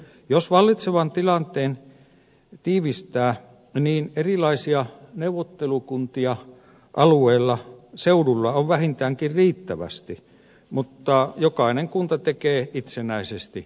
jos vallitsevan tilanteen tiivistää niin erilaisia neuvottelukuntia alueella seudulla on vähintäänkin riittävästi mutta jokainen kunta tekee itsenäisesti omat ratkaisunsa